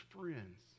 friends